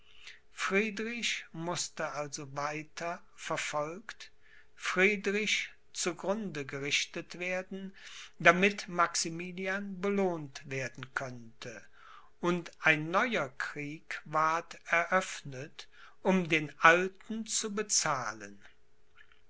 friedrich mußte also weiter verfolgt friedrich zu grunde gerichtet werden damit maximilian belohnt werden könnte und ein neuer krieg ward eröffnet um den alten zu bezahlen